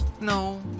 No